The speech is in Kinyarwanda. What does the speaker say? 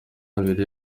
abiri